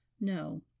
No